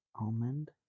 almond